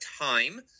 time